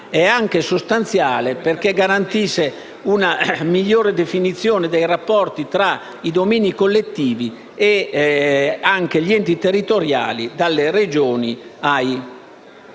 ma anche sostanziale, perché garantisce una migliore definizione dei rapporti tra i domini collettivi e anche tra gli enti territoriali, dalle Regioni ai Comuni.